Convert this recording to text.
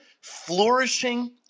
flourishing